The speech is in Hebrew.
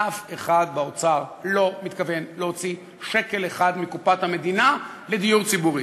אף אחד באוצר לא מתכוון להוציא שקל אחד מקופת המדינה לדיור ציבורי.